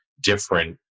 different